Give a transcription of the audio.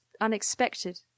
unexpected